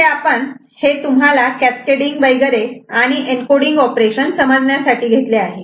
इथे आपण हे तुम्हाला कॅस्कॅडींग वगैरे आणि एनकोडिंग ऑपरेशन समजण्यासाठी घेतले आहे